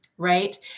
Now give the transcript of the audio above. Right